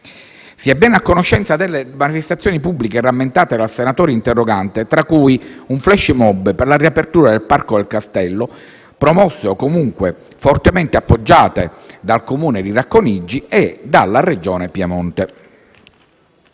Si è ben a conoscenza delle manifestazioni pubbliche rammentate dal senatore interrogante, tra cui un *flash mob* per la riapertura del parco del castello, promosse o comunque fortemente appoggiate dal Comune di Racconigi e dalla Regione Piemonte.